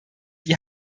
die